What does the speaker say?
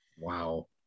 Wow